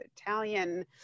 Italian